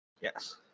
yes